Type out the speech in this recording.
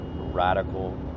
radical